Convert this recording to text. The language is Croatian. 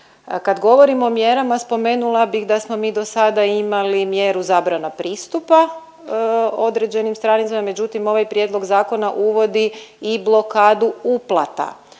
Kad govorimo o mjerama spomenula bih da smo mi do sada imali mjeru zabrana pristupa određenim stranicama, međutim ovaj prijedlog zakona uvodi i blokadu uplata.